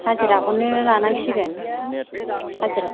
हाजिराखौनो लानांसिगोन हाजिराखौनो